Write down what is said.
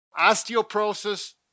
Osteoporosis